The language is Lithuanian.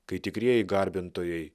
kai tikrieji garbintojai